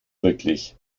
wirklich